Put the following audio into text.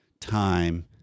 Time